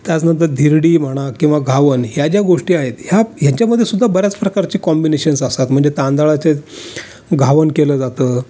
त्याचनंतर धिरडी म्हणा किंवा घावन ह्या ज्या गोष्टी आहेत ह्या ह्याच्यामध्ये सुद्धा बऱ्याच प्रकारचे कॉम्बिनेशन्स असतात म्हणजे तांदळाचे घावन केलं जातं